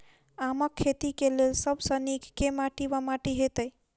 आमक खेती केँ लेल सब सऽ नीक केँ माटि वा माटि हेतै?